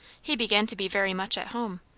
he began to be very much at home.